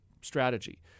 strategy